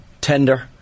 Tender